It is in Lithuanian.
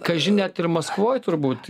kaži net ir maskvoj turbūt